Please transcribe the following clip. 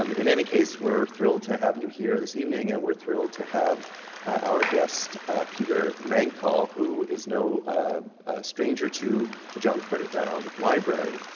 um in any case, we're thrilled to have you here this evening, and we're thrilled to have our guest peter mancall, who is no stranger to the john carter brown library.